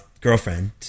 girlfriend